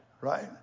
right